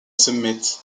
submits